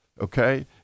okay